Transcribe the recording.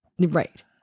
Right